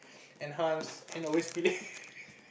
enhance and always believe